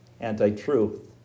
anti-truth